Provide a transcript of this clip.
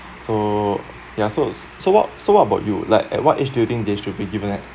so ya so so what so what about you like at what age do you think they should be given at